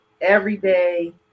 everyday